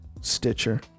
Stitcher